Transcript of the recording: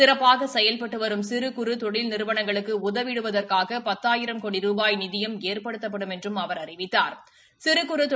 சிறப்பாக செயல்பட்டு வரும் சிறு குறு தொழில் நிறுவனங்களுக்கு உதவிடுவதற்காக பத்தாயிரம் கோடி ரூபாய் நிதியம் ஏற்படுத்தப்படும் என்றும் அவா் அறிவித்தாா்